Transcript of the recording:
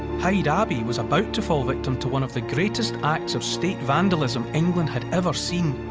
hyde abbey was about to fall victim to one of the greatest acts of state vandalism england had ever seen.